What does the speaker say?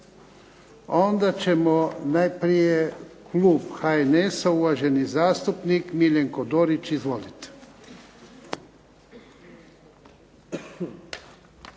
Onda ćemo najprije klub HNS-a uvaženi zastupnik Miljenko Dorić. Izvolite.